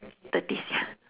thirties ya